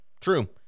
true